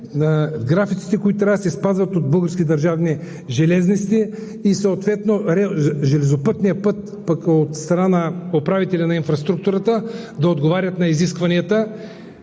графиците, които трябва да се спазват от българските държавни железници и съответно железопътният път от страна на управителя на инфраструктурата, да отговарят на изискванията?